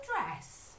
dress